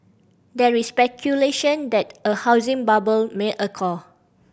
there is speculation that a housing bubble may occur